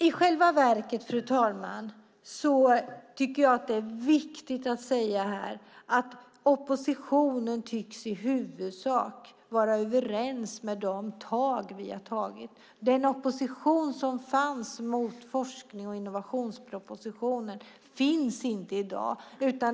I själva verket, fru talman, är det viktigt att säga att oppositionen i huvudsak tycks vara överens med oss om de steg vi har tagit. Den opposition som fanns mot forsknings och innovationspropositionen finns inte i dag.